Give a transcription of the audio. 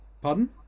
Pardon